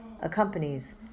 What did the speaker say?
accompanies